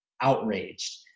outraged